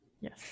Yes